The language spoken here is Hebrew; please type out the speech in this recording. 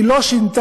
היא לא שינתה,